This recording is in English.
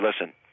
listen